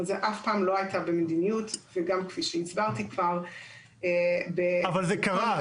אבל זה אף פעם לא היה במדיניות וגם כפי שהסברתי כבר --- אבל זה קרה,